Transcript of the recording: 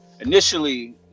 initially